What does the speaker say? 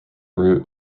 route